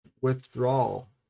withdrawal